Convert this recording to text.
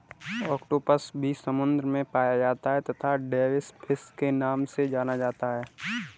octopus भी समुद्र में पाया जाता है तथा डेविस फिश के नाम से जाना जाता है